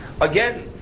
Again